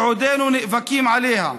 שעודנו נאבקים עליה,